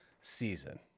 season